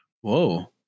Whoa